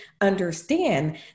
Understand